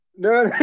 No